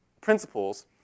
principles